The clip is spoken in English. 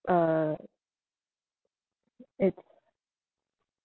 uh it